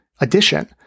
addition